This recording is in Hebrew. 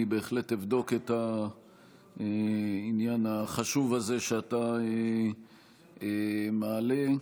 בהחלט אבדוק את העניין החשוב הזה שאתה מעלה.